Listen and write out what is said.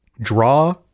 Draw